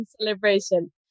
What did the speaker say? celebration